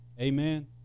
Amen